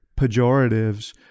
pejoratives